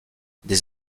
des